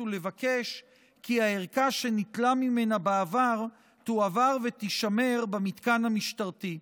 ולבקש כי הערכה שניטלה ממנה בעבר תועבר ותישמר במתקן משטרתי.